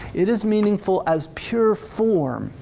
it is meaningful as pure form,